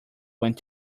went